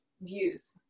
views